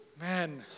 Man